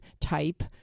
type